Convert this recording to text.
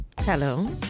Hello